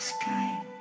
sky